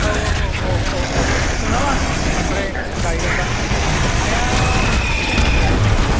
औ औ औ औ सोंना लानोसै ओमफ्राय गायगोनब्ला हाया नोंसिनिथिं दंना गैया ओरैनोलाय